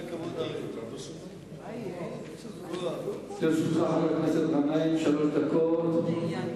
חבר הכנסת גנאים, לרשותך שלוש דקות.